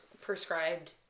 prescribed